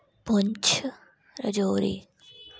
Poonch Rajouri